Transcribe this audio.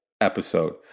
episode